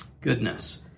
Goodness